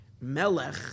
Melech